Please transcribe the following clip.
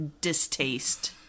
distaste